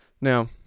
Now